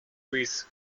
with